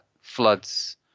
floods